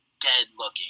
dead-looking